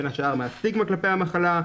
בין השאר מהסטיגמה כלפי המחלה,